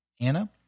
Anna